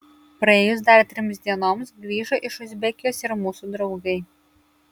praėjus dar trims dienoms grįžo iš uzbekijos ir mūsų draugai